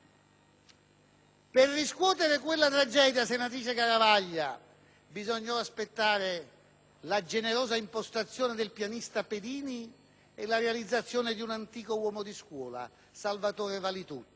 Per riscuotere quella tragedia, senatrice Garavaglia, bisogna ora aspettare la generosa impostazione del pianista Pedini e la realizzazione di un antico uomo di scuola, Salvatore Valitutti,